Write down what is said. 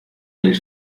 del